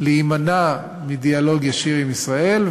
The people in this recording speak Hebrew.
להימנע מדיאלוג ישיר עם ישראל,